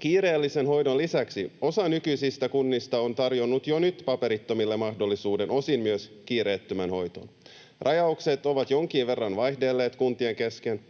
Kiireellisen hoidon lisäksi osa nykyisistä kunnista on tarjonnut jo nyt paperittomille mahdollisuuden osin myös kiireettömään hoitoon. Rajaukset ovat jonkin verran vaihdelleet kuntien kesken.